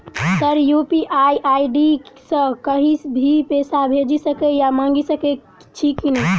Sir UPI ID सँ कहि भी पैसा भेजि सकै या मंगा सकै छी की न ई?